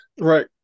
Right